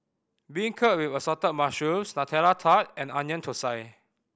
beancurd with Assorted Mushrooms Nutella Tart and Onion Thosai